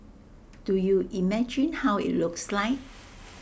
do you imagine how IT looks like